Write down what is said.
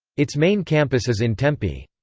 its main campus is in tempe.